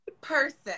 Person